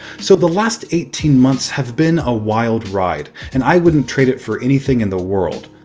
so the last eighteen months have been a wild ride. and i wouldn't trade it for anything in the world.